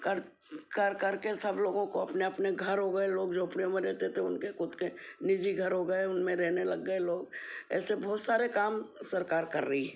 कर कर कर के सब लोगों को अपने अपने घर हो गए लोग झोंपड़ें में रहेते थे उनके ख़ुद के निजी घर हो गए उनमें रहने लग गए लोग ऐसे बहुत सारे काम सरकार कर रही है